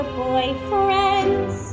boyfriends